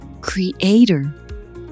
creator